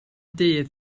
dydd